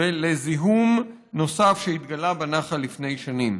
ולזיהום נוסף שהתגלה בנחל לפני שנים.